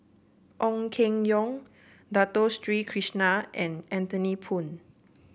Ong Keng Yong Dato Street Krishna and Anthony Poon